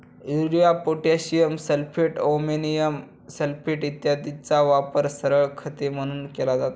urea, potassium sulphate, ammonium sulphate इत्यादींचा वापर सरळ खते म्हणून केला जातो